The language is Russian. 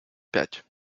пять